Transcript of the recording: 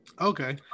Okay